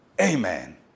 amen